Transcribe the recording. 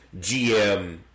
GM